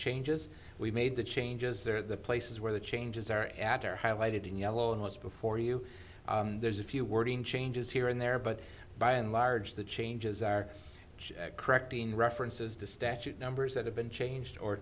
changes we've made the changes there the places where the changes are at or highlighted in yellow and once before you there's a few wording changes here and there but by and large the changes are correcting references to statute numbers that have been changed or